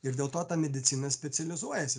ir dėl to ta medicina specializuojasi